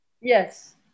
Yes